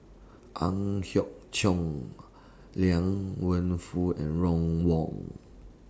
Ang Hiong Liang Wenfu and Ron Wong